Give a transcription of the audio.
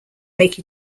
make